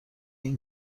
این